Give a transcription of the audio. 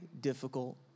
difficult